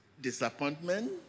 disappointment